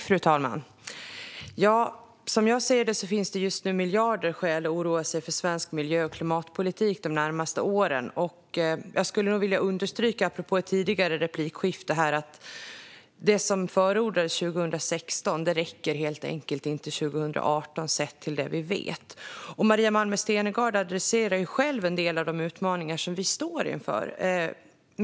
Fru talman! Som jag ser det finns det miljarder skäl att oroa sig för svensk miljö och klimatpolitik de närmaste åren. Apropå ett tidigare replikskifte vill jag understryka att det som förordades 2016 helt enkelt inte räcker 2018, sett till det vi vet. Maria Malmer Stenergard adresserar själv en del av de utmaningar som vi står inför.